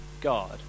God